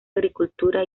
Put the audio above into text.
agricultura